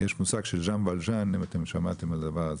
יש מושג, לא יודע אם אתם שמעתם על הדבר הזה,